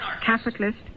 capitalist